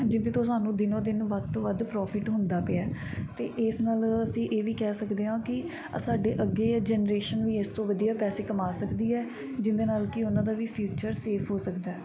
ਜਿਹਦੇ ਤੋਂ ਸਾਨੂੰ ਦਿਨੋਂ ਦਿਨ ਵੱਧ ਤੋਂ ਵੱਧ ਪ੍ਰੋਫਿਟ ਹੁੰਦਾ ਪਿਆ ਅਤੇ ਇਸ ਨਾਲ ਅਸੀਂ ਇਹ ਵੀ ਕਹਿ ਸਕਦੇ ਹਾਂ ਕਿ ਸਾਡੇ ਅੱਗੇ ਜਨਰੇਸ਼ਨ ਵੀ ਇਸ ਤੋਂ ਵਧੀਆ ਪੈਸੇ ਕਮਾ ਸਕਦੀ ਹੈ ਜਿਹਦੇ ਨਾਲ ਕਿ ਉਨ੍ਹਾਂ ਦਾ ਵੀ ਫਿਊਚਰ ਸੇਫ ਹੋ ਸਕਦਾ ਹੈ